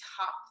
top